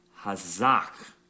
hazak